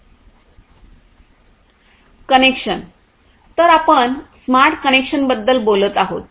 connection तर आपण smart कनेक्शनबद्दल बोलत आहोत